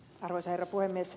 arvoisa herra puhemies